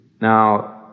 Now